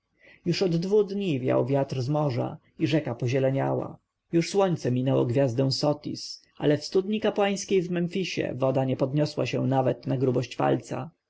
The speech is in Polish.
już od dwu dni wiał wiatr z morza i rzeka pozieleniała już słońce minęło gwiazdę sotis ale w studni kapłańskiej w memfisie woda nie podniosła się nawet na grubość palca